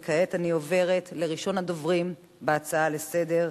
וכעת אני עוברת לראשון הדוברים בהצעה לסדר-היום,